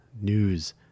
news